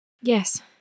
Yes